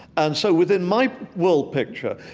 and so within my world picture,